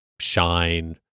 shine